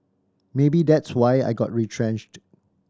maybe that's why I got retrenched